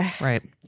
right